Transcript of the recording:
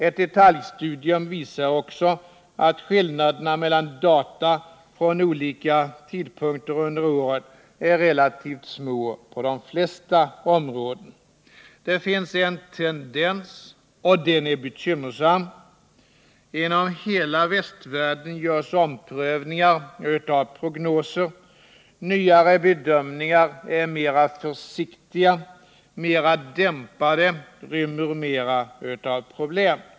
Ett detaljstudium visar också att skillnaderna mellan data från olika tidpunkter under året är relativt små på de flesta områden. Det finns en tendens — och den är bekymmersam. Inom hela västvärlden görs omprövningar av prognoser. Nyare bedömningar är mera försiktiga och mera dämpade och rymmer mera av problem.